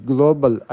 Global